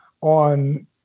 on